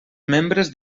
membres